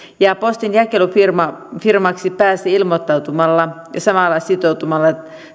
ja ja postinjakelufirmaksi pääsee ilmoittautumalla ja samalla sitoutumalla